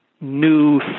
new